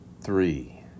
three